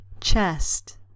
Chest